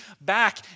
back